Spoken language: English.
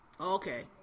Okay